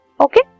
Okay